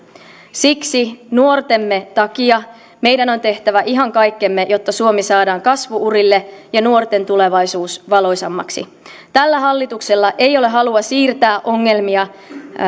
siksi nuortemme takia meidän on tehtävä ihan kaikkemme jotta suomi saadaan kasvu urille ja nuorten tulevaisuus valoisammaksi tällä hallituksella ei ole halua siirtää ongelmia